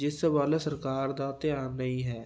ਜਿਸ ਵੱਲ ਸਰਕਾਰ ਦਾ ਧਿਆਨ ਨਹੀਂ ਹੈ